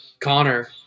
Connor